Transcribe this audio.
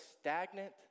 stagnant